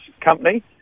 company